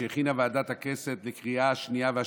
שהכינה ועדת הכנסת לקריאה שנייה והשלישית.